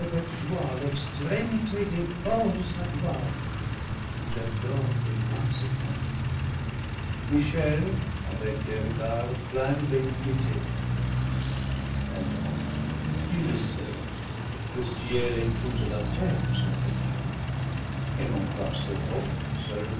joie l'extrémité des bords de sa gloire et j'adore de loin ses pas michel avec des regards pleins de bénignité adam tu le sais le ciel et toute la terre sont à dieu et non pas ce roc